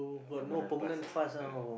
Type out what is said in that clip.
uh permanent pass ah ya